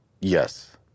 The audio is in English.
Yes